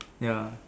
ya